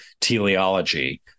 teleology